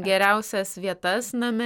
geriausias vietas name